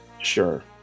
sure